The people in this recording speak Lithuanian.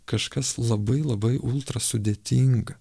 kažkas labai labai ultra sudėtinga